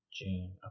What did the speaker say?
June